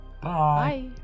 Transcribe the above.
Bye